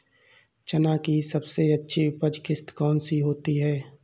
चना की सबसे अच्छी उपज किश्त कौन सी होती है?